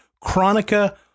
Chronica